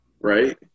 Right